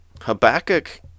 Habakkuk